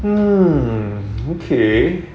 mm okay